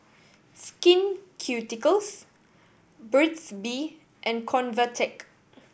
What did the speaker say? Skin Ceuticals Burt's Bee and Convatec